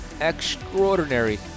extraordinary